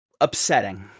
upsetting